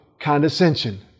condescension